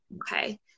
Okay